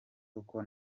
uko